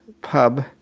Pub